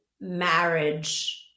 marriage